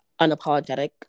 unapologetic